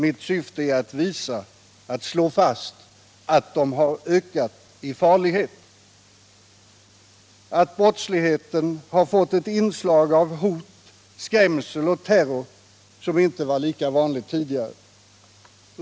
Mitt syfte är att slå fast att brotten har ökat i farlighet, att brottsligheten fått ett inslag av hot, skrämsel och terror som inte var lika vanligt tidigare.